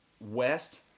West